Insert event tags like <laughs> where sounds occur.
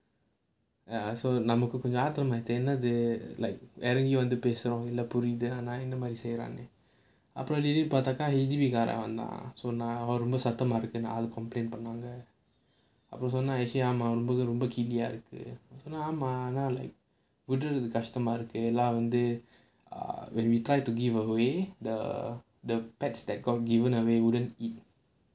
ya so <laughs> like <laughs> H_D_B <laughs> complaint பண்ணாங்க:pannaanga <laughs> like <laughs> எல்லாம் வந்து:ellaam vanthu when we try to give away the the pets that got given away wouldn't eat